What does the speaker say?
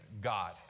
God